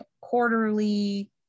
quarterly